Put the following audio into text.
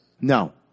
No